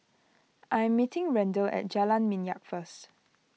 I am meeting Randel at Jalan Minyak first